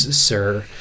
sir